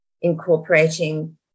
incorporating